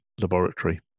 laboratory